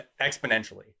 exponentially